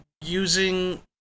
using